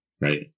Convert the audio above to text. right